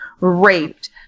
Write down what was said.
raped